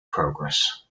progress